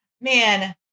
man